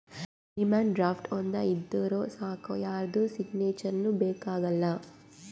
demand draft ಒಂದ್ ಇದ್ದೂರ್ ಸಾಕ್ ಯಾರ್ದು ಸಿಗ್ನೇಚರ್ನೂ ಬೇಕ್ ಆಗಲ್ಲ